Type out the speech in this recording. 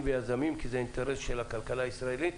ויזמים כי זה אינטרס של הכלכלה הישראלית,